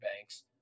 banks